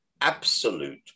absolute